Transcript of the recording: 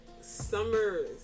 Summers